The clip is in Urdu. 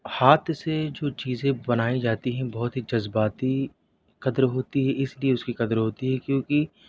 ہاتھ سے جو چیزیں بنائی جاتی ہیں بہت ہی جذباتی قدر ہوتی ہے اس لیے اس کی قدر ہوتی ہے کیوںکہ